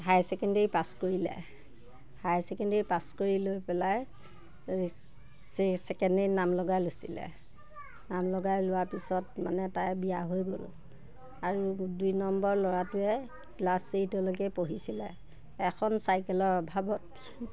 হাই secondary pass কৰিলে high secondary pass কৰি লৈ পেলাই ছেকেণ্ডেৰীত নাম লগাই লৈছিলে নাম লগাই লোৱাৰ পিছত মানে তাই বিয়া হৈ গ'ল আৰু দুই নম্বৰ ল'ৰাটোৱে ক্লাছ এইটলৈকে পঢ়িছিলে এখন চাইকেলৰ অভাৱত